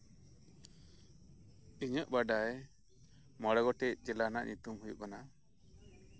ᱤᱧᱟᱹᱜ ᱵᱟᱰᱟᱭ ᱢᱚᱬᱮ ᱜᱚᱴᱮᱱ ᱡᱮᱞᱟ ᱨᱮᱱᱟᱜ ᱧᱩᱛᱩᱢ ᱦᱩᱭᱩᱜ ᱠᱟᱱᱟ